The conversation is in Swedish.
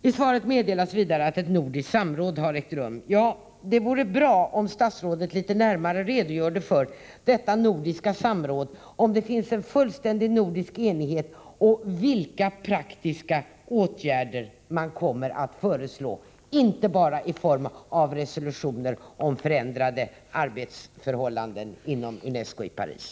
I svaret meddelas vidare att ett nordiskt samråd har ägt rum. Det vore bra om statsrådet litet närmare ville redogöra för detta nordiska samråd, tala om ifall det finns en fullständig nordisk enighet och vilka praktiska åtgärder man kommer att föreslå — inte bara i form av resolutioner om förändrade arbetsförhållanden inom UNESCO i Paris.